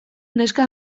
neska